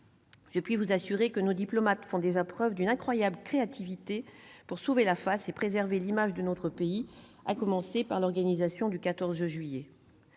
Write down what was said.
Je puis vous assurer que nos diplomates font déjà preuve d'une incroyable créativité pour sauver la face et préserver l'image de notre pays, à commencer par l'organisation du 14-juillet.